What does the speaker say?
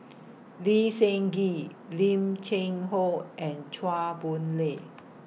Lee Seng Gee Lim Cheng Hoe and Chua Boon Lay